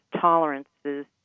tolerances